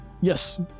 Yes